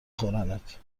خورنت